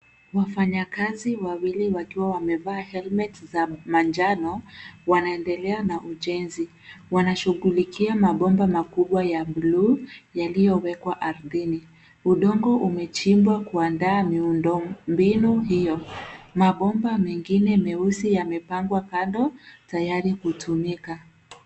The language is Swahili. Wafanyakazi wawili wakiwa wamevaa helmet za manjano wanaendelea na ujenzi wanashughulikia mabomba makubwa ya bluu yaliyo wekwa ardhini. Udongo umechimbwa kuandaa miundo mbinu hiyo mabomba mengine meusi yamepangwa kando tayari kutumika.